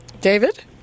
David